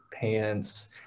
pants